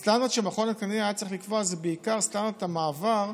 הסטנדרט שמכון התקנים היה צריך לקבוע זה בעיקר סטנדרט המעבר,